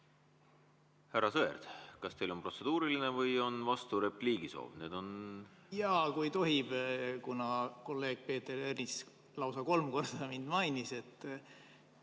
Härra Sõerd! Kas teil on protseduuriline või on vasturepliigi soov? Jaa, kui tohib, kuna kolleeg Peeter Ernits lausa kolm korda mind mainis.